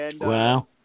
Wow